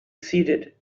seated